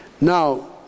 now